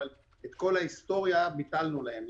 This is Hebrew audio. אבל את כל ההיסטוריה ביטלנו להם,